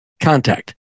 contact